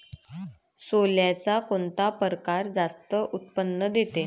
सोल्याचा कोनता परकार जास्त उत्पन्न देते?